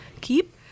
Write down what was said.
keep